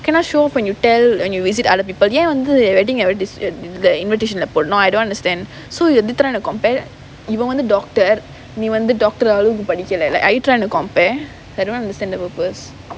you cannot show off when you tell when you visit other people ஏன் வந்து:yaen vanthu wedding invitation lah போடணும்:podanum I don't understand so are you trying to compare இவன் வந்து:ivan vanthu doctor நீ வந்து:nee vanthu doctor அளவுக்கு படிக்கல:alavukku padikkala like are you trying to compare I don't understand the purpose